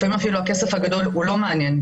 לפעמים אפילו הכסף הגדול לא מעניין,